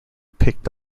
picked